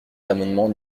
l’amendement